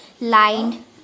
lined